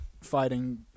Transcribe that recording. fighting